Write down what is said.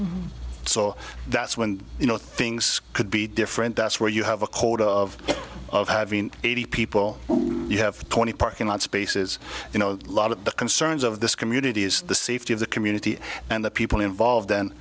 y so that's when you know things could be different that's where you have a quarter of eighty people you have twenty parking lot spaces you know a lot of the concerns of this community is the safety of the community and the people involved and